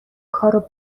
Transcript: کارو